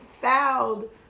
fouled